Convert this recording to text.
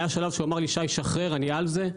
היה שלב שהוא אמר לי: שי, שחרר, אני על זה.